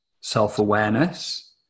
self-awareness